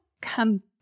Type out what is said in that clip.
come